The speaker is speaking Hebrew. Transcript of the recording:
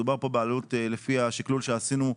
מדובר פה בעלות לפי השקלול שעשינו,